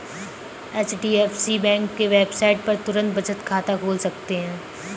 HDFC bank के website पर तुरंत बचत खाता खोल सकते है